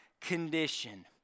condition